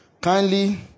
kindly